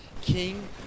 King